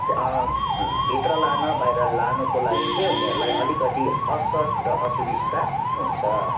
भित्र लान बाहिर लानुको लागि चाहिँ उनीहरूलाई अलिकति असहज र असुविस्ता हुन्छ